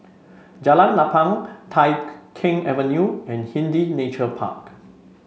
Jalan Lapang Tai Keng Avenue and Hindhede Nature Park